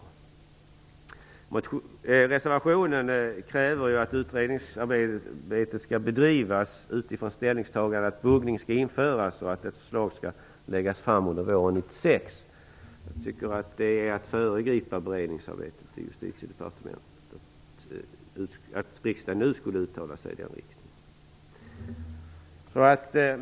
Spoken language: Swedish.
I reservationen krävs att utredningsarbetet skall bedrivas utifrån ställningstagandet att buggning skall införas och att ett förslag skall läggas fram under våren 1996. Jag tycker att det vore att föregripa beredningsarbetet i Justitiedepartementet om riksdagen nu skulle uttala sig i den riktningen.